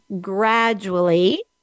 gradually